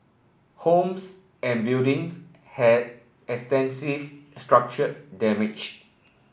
homes and buildings had extensive structural damage